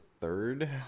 Third